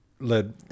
led